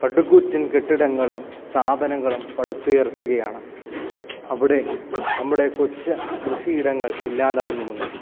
പടുകൂറ്റൻ കെട്ടിടങ്ങളും സ്ഥാപനങ്ങളും പടുത്തു ഉയർത്തുകയാണ് അവിടെ നമ്മുടെ കൊച്ചു കൃഷിയിടങ്ങൾ ഇല്ലാതാവുന്നുമുണ്ട്